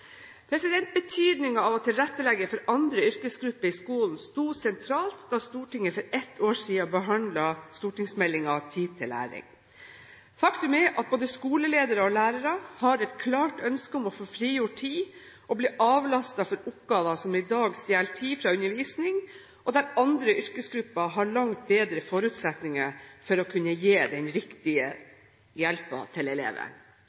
av å tilrettelegge for andre yrkesgrupper i skolen sto sentralt da Stortinget for ett år siden behandlet Meld. St. 19 for 2009–2010 Tid til læring. Faktum er at både skoleledere og lærere har et klart ønske om å få frigjort tid og å bli avlastet for oppgaver som i dag stjeler tid fra undervisningen. Andre yrkesgrupper har langt bedre forutsetninger for å kunne gi eleven den riktige